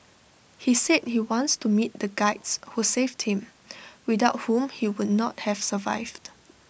he said he wants to meet the Guides who saved him without whom he would not have survived